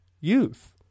youth